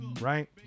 Right